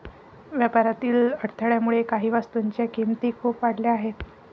व्यापारातील अडथळ्यामुळे काही वस्तूंच्या किमती खूप वाढल्या आहेत